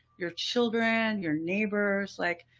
your children, your neighbors. like,